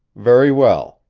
very well.